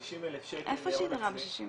וב-60,000 שקל הון עצמי --- איפה יש דירה ב-60,000?